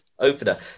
Opener